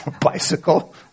bicycle